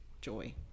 joy